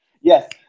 Yes